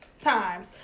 times